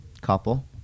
Couple